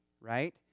right